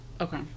Okay